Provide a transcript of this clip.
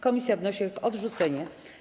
Komisja wnosi o ich odrzucenie.